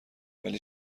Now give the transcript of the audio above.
ولی